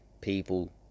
people